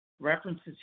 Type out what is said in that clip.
References